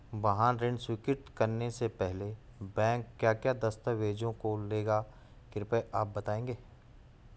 वाहन ऋण स्वीकृति करने से पहले बैंक क्या क्या दस्तावेज़ों को लेगा कृपया आप बताएँगे?